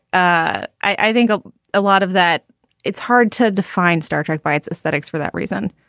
ah i think a ah lot of that it's hard to define star trek by its aesthetics for that reason.